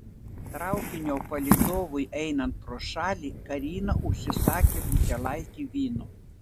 traukinio palydovui einant pro šalį karina užsisakė butelaitį vyno